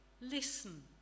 Listen